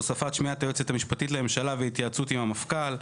בהוספת השמעת היועצת המשפטית לממשלה והתייעצות עם המפכ"ל.